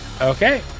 Okay